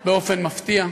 באופן מפתיע,